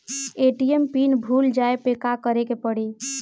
ATM PIN भूल जाए पे का करे के पड़ी?